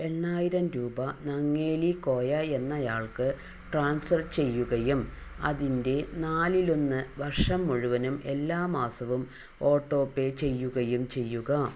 എണ്ണായിരം രൂപ നങ്ങേലി കോയ എന്നയാൾക്ക് ട്രാൻസ്ഫർ ചെയ്യുകയും അതിൻ്റെ നാലിലൊന്ന് വർഷം മുഴുവനും എല്ലാ മാസവും ഓട്ടോപേ ചെയ്യുകയും ചെയ്യുക